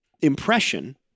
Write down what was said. impression